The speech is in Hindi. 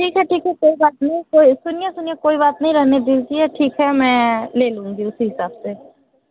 ठीक है ठीक है कोई बात नहीं कोई सुनिए सुनिए कोई बात नहीं रहने दीजिए ठीक है मैं ले लूँगी उसी हिसाब से